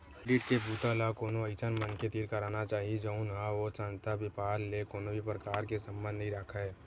audit के बूता ल कोनो अइसन मनखे तीर कराना चाही जउन ह ओ संस्था, बेपार ले कोनो भी परकार के संबंध नइ राखय